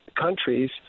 countries